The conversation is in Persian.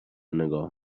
نگاه